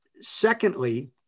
Secondly